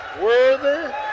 worthy